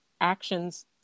actions